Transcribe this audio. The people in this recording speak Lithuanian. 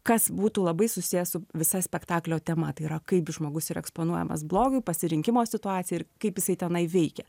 kas būtų labai susiję su visa spektaklio tema tai yra kaip žmogus yra eksponuojamas blogiui pasirinkimo situacijoj kaip jisai tenai veikia